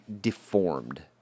deformed